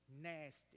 Nasty